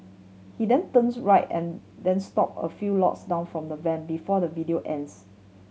he then turns right and then stop a few lots down from the van before the video ends